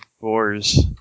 Boars